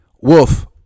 Wolf